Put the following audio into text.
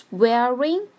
wearing